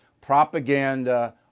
propaganda